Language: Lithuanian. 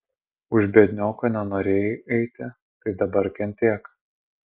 už biednioko nenorėjai eiti tai dabar kentėk